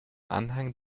anhang